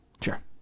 sure